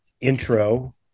intro